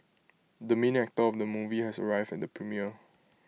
the main actor of the movie has arrived at the premiere